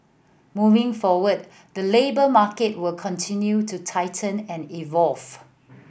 moving forward the labour market will continue to tighten and evolve